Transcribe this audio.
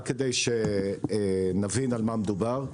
רק כדי שנבין על מה מדובר.